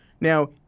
Now